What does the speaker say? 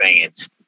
fans